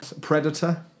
Predator